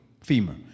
femur